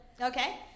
okay